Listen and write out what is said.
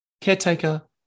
caretaker